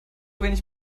wenig